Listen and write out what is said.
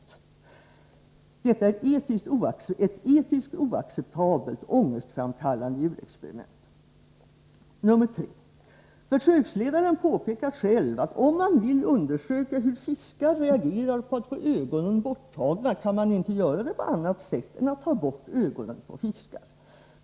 Detta är ett etiskt oacceptabelt, ångestframkallande djurexperiment.” Reservation nr 3: ”Försöksledaren påpekar själv att om man vill undersöka hur fiskar reagerar på att få ögonen borttagna kan man inte göra det på annat sätt än att ta bort ögonen på fiskar.